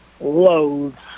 Loads